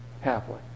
Halfway